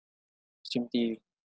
sympathy